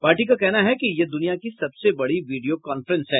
party का कहना है कि यह दुनिया की सबसे बड़ी वीडियो कॉन्फ्रेंस है